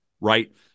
right